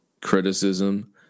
criticism